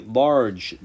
large